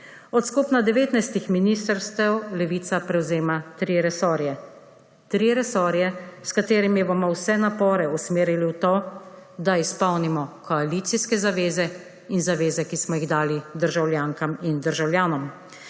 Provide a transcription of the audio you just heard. Od skupno 19 ministrstev Levica prevzema tri resorje. Tri resorje, s katerimi bomo vse napore usmerili v to, da izpolnimo koalicijske zaveze in zaveze, ki smo jih dali državljankam in državljanom.